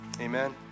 Amen